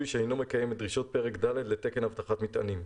שאינו מקיים את דרישות פרק ד' לתקן אבטחת מטענים."